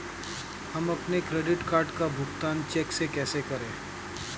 हम अपने credit card का भुगतान चेक से कैसे करें?